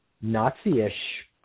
Nazi-ish